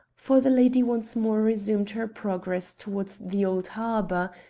for the lady once more resumed her progress towards the old harbour,